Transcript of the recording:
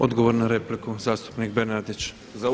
odgovor na repliku zastupnik Bernardić.